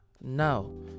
No